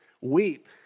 weep